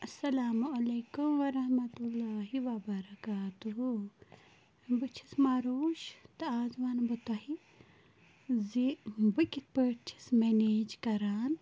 السلام علیکُم وَرحمتُہ اللہ وَبرکاتہوٗ بہٕ چھَس ماروٗش تہٕ آز وَنہٕ بہٕ تۄہہِ زِ بہٕ کِتھ پٲٹھۍ چھَس مٮ۪نیج کَران